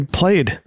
played